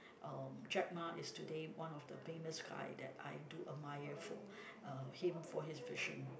um Jack-Ma is today one of the famous guy that I do admire for uh him for his vision